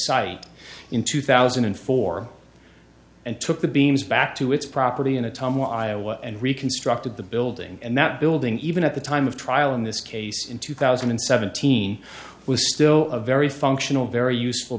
site in two thousand and four and took the beams back to its property in a time while iowa and reconstructed the building and that building even at the time of trial in this case in two thousand and seventeen was still a very functional very useful